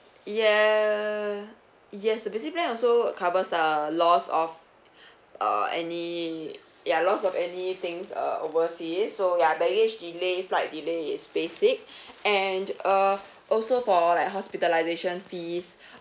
ya yes the basic plan also covers uh loss of uh any ya loss of any things uh overseas so ya baggage delay flight delay is basic and uh also for like hospitalisation fees